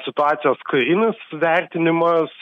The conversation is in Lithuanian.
situacijos karinis vertinimas